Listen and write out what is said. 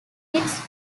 its